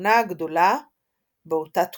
הכהונה הגדולה באותה תקופה.